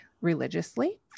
religiously